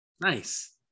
Nice